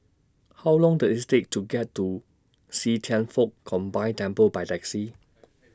How Long Does IT Take to get to See Thian Foh Combined Temple By Taxi